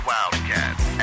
Wildcats